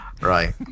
Right